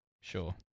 sure